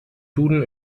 duden